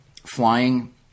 flying